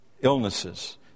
illnesses